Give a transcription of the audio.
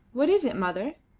what is it, mother?